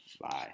Bye